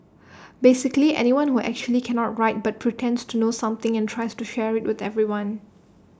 basically anyone who actually cannot write but pretends to know something and tries to share IT with everyone